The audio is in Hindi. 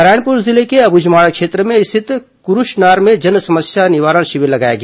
नारायणपुर जिले के अब्रझमाड़ क्षेत्र में स्थित कुरूषनार में जन समस्या निवारण शिविर लगाया गया